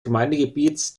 gemeindegebietes